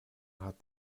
hat